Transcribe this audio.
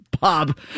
Bob